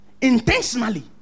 Intentionally